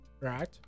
right